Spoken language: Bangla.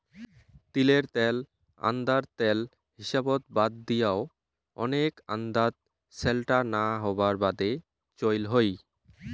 তিলের ত্যাল আন্দার ত্যাল হিসাবত বাদ দিয়াও, ওনেক আন্দাত স্যালটা না হবার বাদে চইল হই